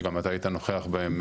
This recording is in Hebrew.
שגם אתה היית נוכח בהם,